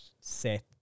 set